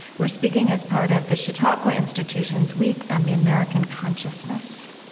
we're speaking as part of the chautauqua institution's week on the american consciousness